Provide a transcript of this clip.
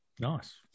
nice